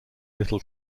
little